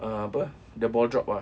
uh apa the ball drop ah